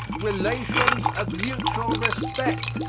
relations of mutual respect,